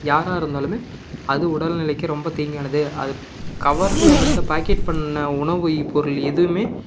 யாராக இருந்தாலும் அது உடல் நிலைக்கு ரொம்ப தீங்கானது அது கவரில் வந்து பாக்கெட் பண்ண உணவு பொருள் எதுவும்